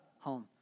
home